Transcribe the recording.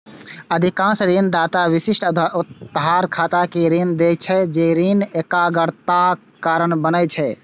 अधिकांश ऋणदाता विशिष्ट उधारकर्ता कें ऋण दै छै, जे ऋण एकाग्रताक कारण बनै छै